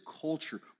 culture